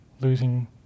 losing